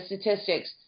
statistics